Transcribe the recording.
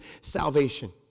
salvation